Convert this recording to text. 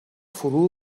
فرو